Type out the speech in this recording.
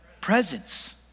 presence